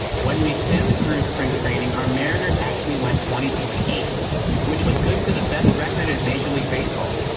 when we send through spring training, our mariners actually went twenty to an eight which was good for the best record in major league baseball.